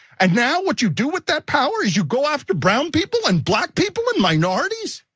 and now, what you do with that power is you go after brown people and black people and minorities.